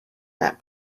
that